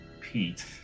Pete